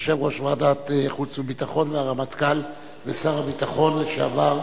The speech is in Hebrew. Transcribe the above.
יושב-ראש ועדת החוץ והביטחון והרמטכ"ל ושר הביטחון לשעבר.